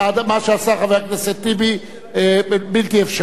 מה שעשה חבר הכנסת טיבי בלתי אפשרי.